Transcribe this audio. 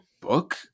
book